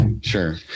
sure